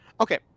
Okay